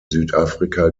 südafrika